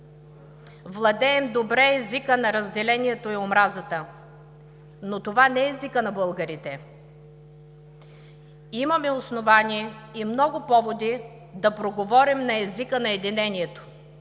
Владеем добре езика на разделението и омразата, но това не е езикът на българите. Имаме основание и много поводи да проговорим на езика на единението,